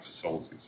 facilities